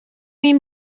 این